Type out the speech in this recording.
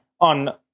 on